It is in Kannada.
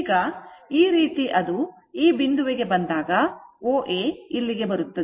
ಈಗ ಈ ರೀತಿ ಅದು ಈ ಬಿಂದುವಿಗೆ ಬಂದಾಗ OA ಇಲ್ಲಿಗೆ ಬರುತ್ತದೆ